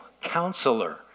counselor